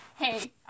hey